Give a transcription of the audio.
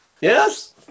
Yes